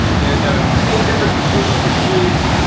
and the main difference between these machines,